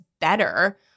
better